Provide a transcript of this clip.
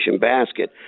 basket